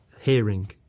hearing